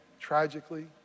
tragically